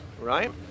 right